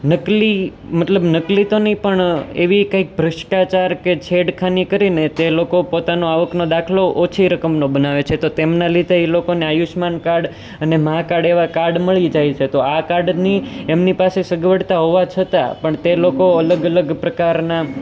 નકલી મતલબ નકલી તો નહીં પણ એવી કંઈક ભ્રષ્ટાચાર કે છેડખાની કરીને તે લોકો પોતાનો આવકનો દાખલો ઓછી રકમનો બનાવે છે તો તેમના લીધે એ લોકોને આયુષ્માન કાર્ડ અને મા કાર્ડ એવા કાર્ડ મળી જાય છે તો આ કાર્ડની એમની પાસે સગવડતા હોવા છતાં પણ તે લોકો અલગ અલગ પ્રકારના